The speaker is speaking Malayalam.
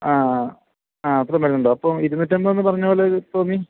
അ അ അ അത്രയും വരുന്നുണ്ടോ അപ്പോള് ഇരുന്നൂറ്റി അന്പതെന്നു പറഞ്ഞതുപോലെ തോന്നി